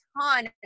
ton